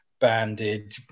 banded